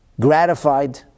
gratified